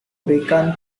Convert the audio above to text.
berikan